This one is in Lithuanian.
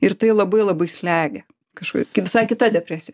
ir tai labai labai slegia kažkokia visai kita depresija